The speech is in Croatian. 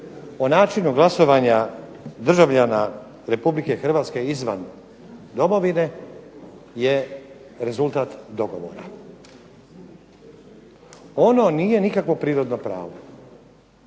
o načinu glasovanja državljana Republike Hrvatske izvan domovine je rezultat dogovora. Ono nije nikakvo prirodno pravo.